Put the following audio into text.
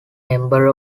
member